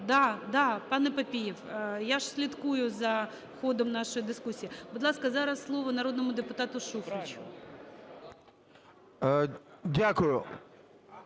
да. Пане Папієв, я ж слідкую за ходом нашої дискусії. Будь ласка, зараз слово народному депутату Шуфричу.